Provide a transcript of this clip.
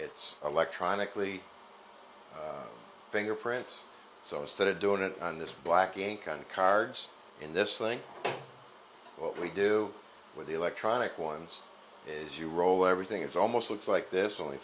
it's electronically fingerprints so instead of doing it on this black ink on the cards in this thing what we do with the electronic ones is you roll everything it's almost looks like this only